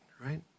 right